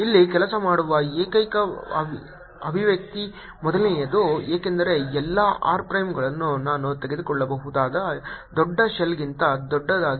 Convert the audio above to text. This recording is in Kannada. ಇಲ್ಲಿ ಕೆಲಸ ಮಾಡುವ ಏಕೈಕ ಅಭಿವ್ಯಕ್ತಿ ಮೊದಲನೆಯದು ಏಕೆಂದರೆ ಎಲ್ಲಾ r ಪ್ರೈಮ್ಗಳು ನಾನು ತೆಗೆದುಕೊಳ್ಳಬಹುದಾದ ದೊಡ್ಡ ಶೆಲ್ಗಿಂತ ದೊಡ್ಡದಾಗಿದೆ